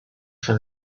from